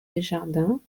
desjardins